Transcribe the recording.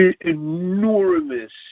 enormous